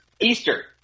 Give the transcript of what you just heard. Easter